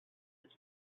its